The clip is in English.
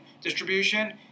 distribution